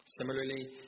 Similarly